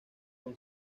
con